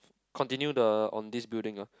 continue the on this building ah